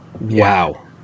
Wow